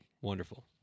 Wonderful